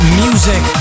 music